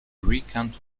recount